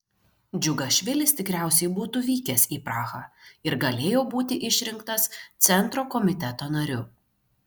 džiugašvilis tikriausiai būtų vykęs į prahą ir galėjo būti išrinktas centro komiteto nariu